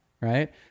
Right